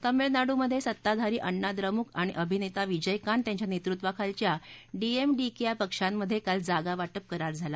तमिळनाडूमध्य ज़त्ताधारी अण्णा द्रमुक आणि अभिनस्त विजयकांत यांच्या नस्तुक्वाखालच्या डीएमडीक प्रा पक्षांमध्य क्राल जागावाटप करार झाला